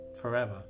forever